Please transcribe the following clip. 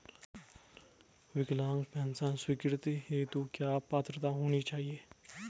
विकलांग पेंशन स्वीकृति हेतु क्या पात्रता होनी चाहिये?